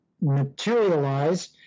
materialize